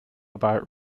about